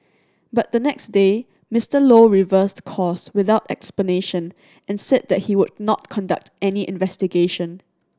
but the next day Mister Low reversed course without explanation and said that he would not conduct any investigation